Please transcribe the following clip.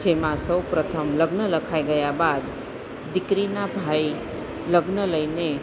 જેમાં સૌપ્રથમ લગ્ન લખાઈ ગયા બાદ દીકરીના ભાઈ લગ્ન લઈને